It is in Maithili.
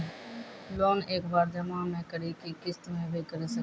लोन एक बार जमा म करि कि किस्त मे भी करऽ सके छि?